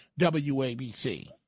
WABC